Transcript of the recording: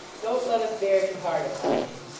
don't let us bear too hard upon him.